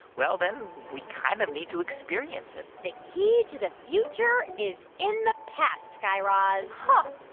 well, then we kind of need to experience it the key to the future is in the past, guy raz huh,